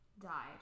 died